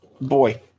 Boy